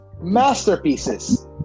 masterpieces